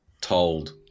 told